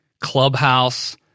Clubhouse